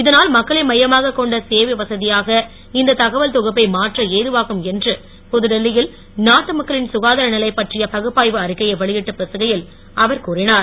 இதனால் மக்களை மையமாகக் கொண்ட சேவை வசதியாக இந்த தகவல் தொகுப்பை மாற்ற ஏதுவாகும் என்று புதுடெல்லியில் நாட்டு மக்களின் சுகாதார நிலை பற்றிய பகுப்பாய்வு அறிக்கையை வெளியிட்டுப் பேசுகையில் அவர் கூறினார்